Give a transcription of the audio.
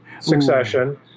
Succession